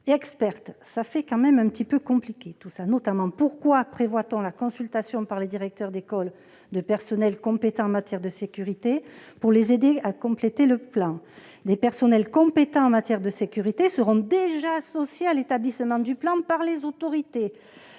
et expertes. Tout cela est bien compliqué ! En effet, pourquoi prévoit-on la consultation par les directeurs d'école de personnels compétents en matière de sécurité pour les aider à compléter le plan ? Des personnels compétents en matière de sécurité seront déjà associés à l'établissement du plan par les autorités,